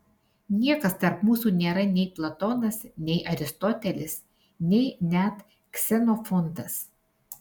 niekas tarp mūsų nėra nei platonas nei aristotelis nei net ksenofontas